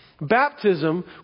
Baptism